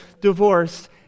divorce